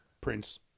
Prince